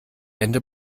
ende